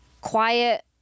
quiet